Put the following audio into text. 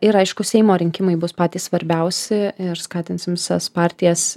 ir aišku seimo rinkimai bus patys svarbiausi ir skatinsim visas partijas